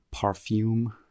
perfume